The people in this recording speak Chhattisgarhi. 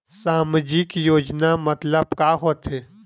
सामजिक योजना मतलब का होथे?